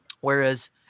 Whereas